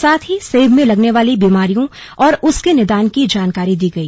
साथ ही सेब में लगने वाली बीमारियों और उसके निदान की जानकारी दी गई